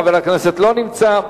חבר הכנסת לא נמצא.